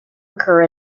occur